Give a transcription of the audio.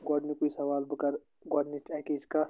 گۄڈنیٛکُے سوال بہٕ کَرٕ گۄڈنِچۍ اَکِچۍ کَتھ